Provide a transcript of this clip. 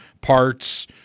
Parts